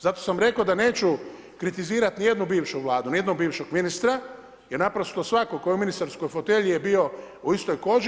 Zato sam rekao da neću kritizirat nijednu bivšu vladu, nijednog bivšeg ministra jer naprosto svatko tko je u ministarskoj fotelji je bio u istoj koži.